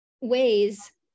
ways